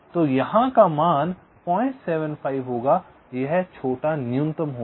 तो यहां का मान 075 होगा यह छोटा न्यूनतम होगा